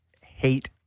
hate